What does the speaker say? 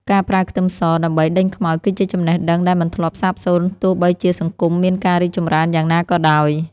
ការប្រើខ្ទឹមសដើម្បីដេញខ្មោចគឺជាចំណេះដឹងដែលមិនធ្លាប់សាបសូន្យទោះបីជាសង្គមមានការរីកចម្រើនយ៉ាងណាក៏ដោយ។